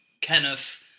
Kenneth